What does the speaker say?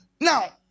now